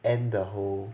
end the whole